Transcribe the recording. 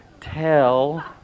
Tell